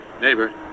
Neighbor